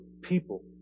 people